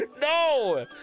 No